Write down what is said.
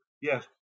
yes